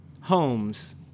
homes